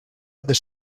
other